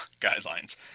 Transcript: guidelines